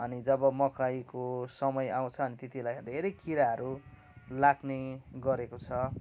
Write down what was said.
अनि जब मकैको समय आउँछ अनि त्यती बेला धेरै किराहरू लाग्ने गरेको छ